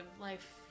life